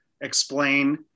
explain